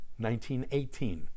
1918